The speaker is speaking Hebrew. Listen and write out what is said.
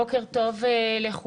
בוקר טוב לכולם.